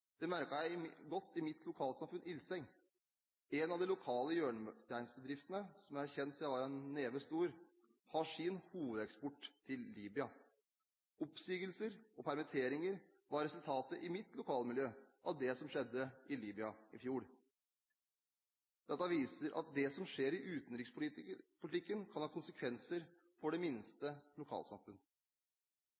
Det merket jeg godt i mitt lokalsamfunn, Ilseng. En av de lokale hjørnesteinsbedriftene, som jeg har kjent siden jeg var en neve stor, har sin hovedeksport til Libya. Oppsigelser og permitteringer var resultatet i mitt lokalmiljø av det som skjedde i Libya i fjor. Dette viser at det som skjer i utenrikspolitikken, kan ha konsekvenser for det minste